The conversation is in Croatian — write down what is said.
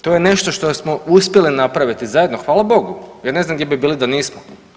To je nešto što smo uspjeli napraviti zajedno, hvala Bogu jer ne znam gdje bi bili da nismo.